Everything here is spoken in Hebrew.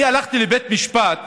אני הלכתי לבית משפט